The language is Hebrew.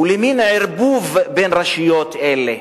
ולמין ערבוב בין רשויות אלה,